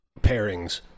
pairings